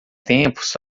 tempos